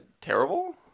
terrible